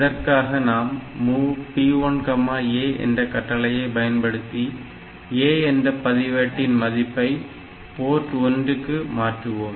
இதற்காக நாம் MOV P1A என்ற கட்டளையை பயன்படுத்தி A என்ற பதிவேட்டின் மதிப்பை போர்ட் 1 க்கு மாற்றுகிறோம்